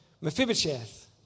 Mephibosheth